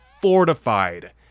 fortified